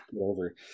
over